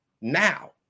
Now